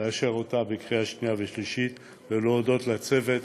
לאשר אותה בקריאה שנייה ושלישית ולהודות לצוות